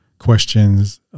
questions